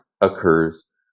occurs